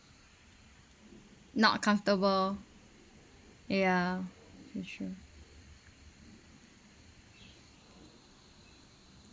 not comfortable ya